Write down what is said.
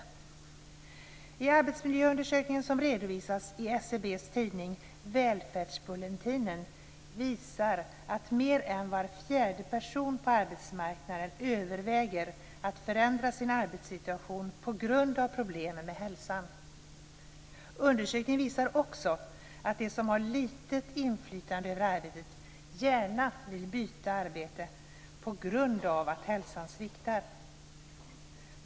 I den arbetsmiljöundersökning som redovisas i SCB:s tidning Välfärdsbulletinen visas att mer än var fjärde person på arbetsmarknaden överväger att förändra sin arbetssituation på grund av problem med hälsan. Undersökningen visar också att de som har litet inflytande över arbetet gärna vill byta arbete på grund av att hälsan sviktar.